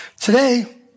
Today